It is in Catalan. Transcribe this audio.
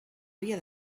havia